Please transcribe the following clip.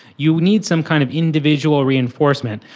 you need some kind of individual reinforcement,